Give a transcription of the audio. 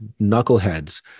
knuckleheads